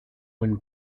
when